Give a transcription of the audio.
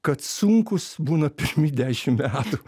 kad sunkūs būna pirmi dešimt metų